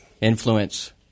influence